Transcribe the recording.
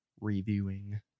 reviewing